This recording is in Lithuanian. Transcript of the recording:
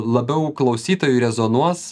labiau klausytojui rezonuos